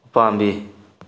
ꯎꯄꯥꯝꯕꯤ